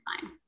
fine